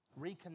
Reconnect